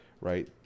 right